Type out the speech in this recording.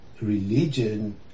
religion